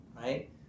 right